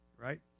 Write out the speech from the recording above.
right